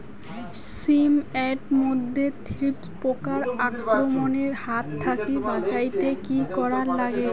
শিম এট মধ্যে থ্রিপ্স পোকার আক্রমণের হাত থাকি বাঁচাইতে কি করা লাগে?